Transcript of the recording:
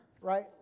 Right